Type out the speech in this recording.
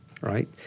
right